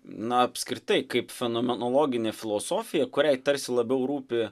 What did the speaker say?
na apskritai kaip fenomenologinė filosofija kuriai tarsi labiau rūpi